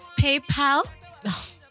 PayPal